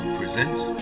presents